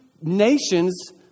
nations